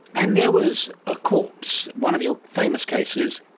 and there was a corpse, one of your famous cases,